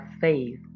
faith